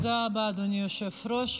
תודה רבה, אדוני היושב-ראש.